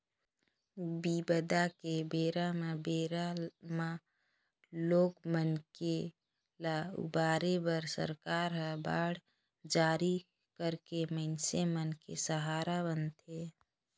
बिबदा के बेरा म बेरा म लोग मन के ल उबारे बर सरकार ह बांड जारी करके मइनसे मन के सहारा बनथे